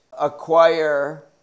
acquire